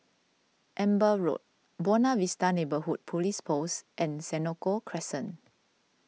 Amber Road Buona Vista Neighbourhood Police Post and Senoko Crescent